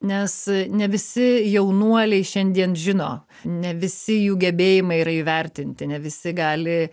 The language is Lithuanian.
nes ne visi jaunuoliai šiandien žino ne visi jų gebėjimai yra įvertinti ne visi gali